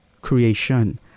creation